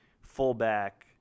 fullback